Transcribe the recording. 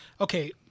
Okay